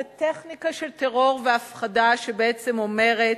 זו טכניקה של טרור והפחדה שבעצם אומרת: